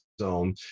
zone